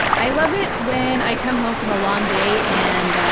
i love it when i come home from a long day and,